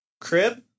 crib